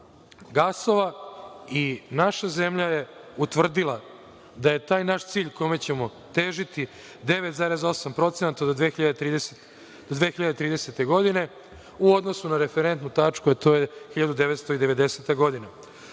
gasova. Naša zemlja je utvrdila da je taj naš cilj kome ćemo težiti 9,8% do 2030. godine u odnosu na referentu tačku, a to je 1990.